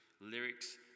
Lyrics